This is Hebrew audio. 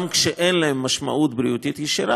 גם כשאין להן משמעות בריאותית ישירה,